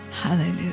Hallelujah